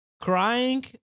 Crying